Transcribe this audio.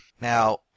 Now